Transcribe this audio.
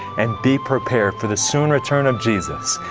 and be prepared for the soon return of jesus.